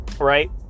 right